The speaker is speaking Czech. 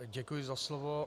Děkuji za slovo.